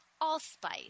Allspice